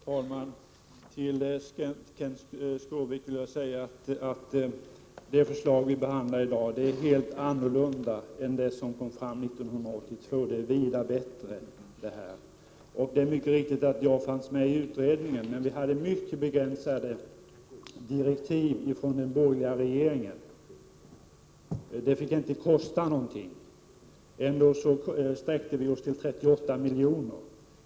Herr talman! Till Kenth Skårvik vill jag säga att det förslag vi behandlar i dag är helt annorlunda än det som lades fram 1982. Det är vida bättre. Det är riktigt att jag var med i utredningen, men vi hade mycket begränsade direktiv i från den borgerliga regeringen. Förslaget fick inte kosta någonting. Ändå sträckte vi oss till 38 miljoner.